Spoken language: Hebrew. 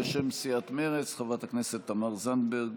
בשם סיעת מרצ, חברת הכנסת תמר זנדברג.